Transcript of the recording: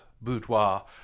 boudoir